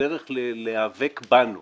שהדרך להיאבק בנו